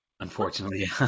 Unfortunately